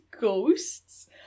ghosts